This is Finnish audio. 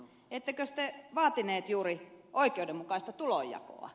ettekös te vaatinut juuri oikeudenmukaista tulonjakoa